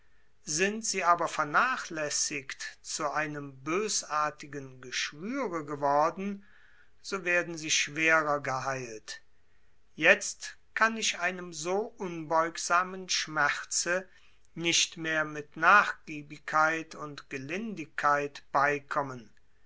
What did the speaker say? sind sie aber vernachlässigt zu einem bösartigen geschwüre geworden so werden sie schwerer geheilt jetzt kann ich einem so unbeugsamen schmerze nicht mehr mit nachgiebigkeit und gelindigkeit beikommen